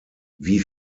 wie